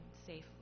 safely